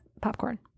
popcorn